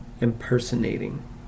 impersonating